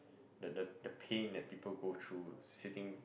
the the the pain that people go through sitting